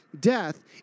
death